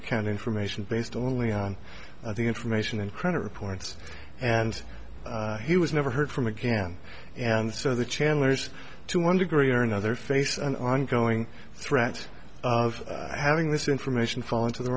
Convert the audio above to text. account information based only on the information in credit reports and he was never heard from again and so the chandlers to one degree or another face an ongoing threat of having this information fall into the